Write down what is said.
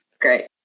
Great